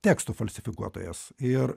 teksto falsifikuotojas ir